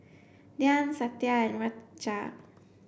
Dhyan Satya and Raja